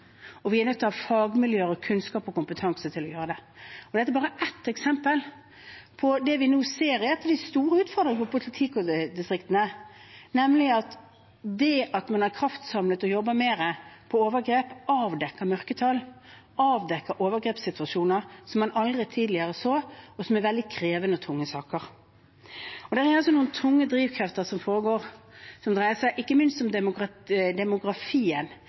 Vi er nødt til å ha fagmiljøer, kunnskap og kompetanse for å gjøre det. Dette er bare ett eksempel på det vi nå ser er en av de store utfordringene i politidistriktene, nemlig at når man har kraftsamlet og jobbet mer med overgrep, avdekker det mørketall og overgrepssituasjoner man ikke så tidligere, og som er veldig krevende og tunge saker. Det er noen tunge drivkrefter i det norske samfunnet, som ikke minst dreier seg om